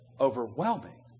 overwhelming